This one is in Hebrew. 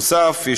נוסף על כך,